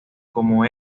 como